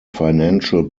financial